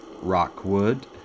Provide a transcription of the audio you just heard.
Rockwood